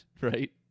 Right